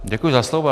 Děkuji za slovo.